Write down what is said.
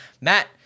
Matt